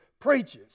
preaches